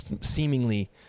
seemingly